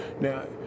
Now